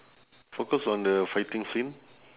focus on the fighting scene